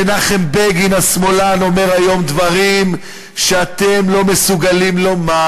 מנחם בגין השמאלן אומר היום דברים שאתם לא מסוגלים לומר,